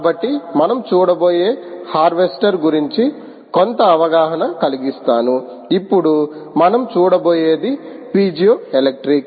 కాబట్టి మనం చూడబోయే హార్వెస్టర్ గురించి కొంత అవగాహన కలిగిస్తాను ఇప్పుడు మనం చూడబోయేది పీజోఎలెక్ట్రిక్